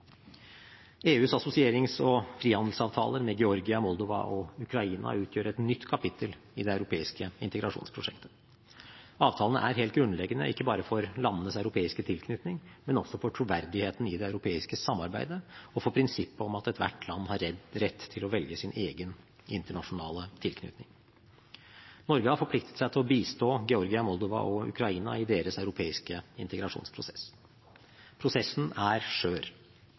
EUs assosierings- og frihandelsavtaler med Georgia, Moldova og Ukraina utgjør et nytt kapittel i det europeiske integrasjonsprosjektet. Avtalene er helt grunnleggende, ikke bare for landenes europeiske tilknytning, men også for troverdigheten i det europeiske samarbeidet og for prinsippet om at ethvert land har rett til å velge sin egen internasjonale tilknytning. Norge har forpliktet seg til å bistå Georgia, Moldova og Ukraina i deres europeiske integrasjonsprosess. Prosessen er